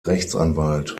rechtsanwalt